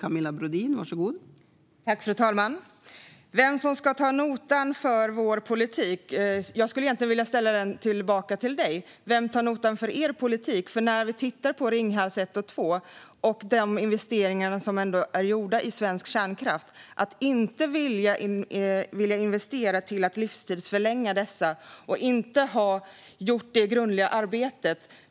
Fru talman! Frågan gäller vem som ska ta notan för vår politik. Jag skulle egentligen vilja ställa den tillbaka till dig, Rickard Nordin. Vem tar notan för er politik? Det har ändå gjorts investeringar i Ringhals 1 och 2 och i svensk kärnkraft. Men man vill inte investera i att livstidsförlänga dessa och har inte gjort det grundliga arbetet.